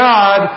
God